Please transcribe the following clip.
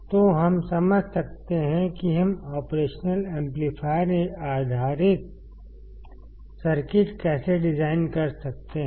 तो हम समझते हैं कि हम ऑपरेशन एम्पलीफायर आधारित सर्किट कैसे डिज़ाइन कर सकते हैं